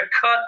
cut